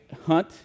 hunt